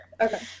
Okay